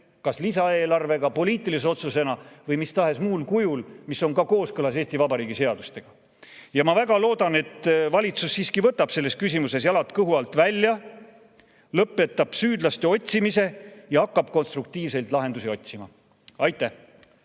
kas lisaeelarvega, poliitilise otsusena või mis tahes muul kujul, mis on ka kooskõlas Eesti Vabariigi seadustega. Ma väga loodan, et valitsus võtab selles küsimuses jalad kõhu alt välja, lõpetab süüdlaste otsimise ja hakkab konstruktiivseid lahendusi otsima. Aitäh!